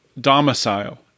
domicile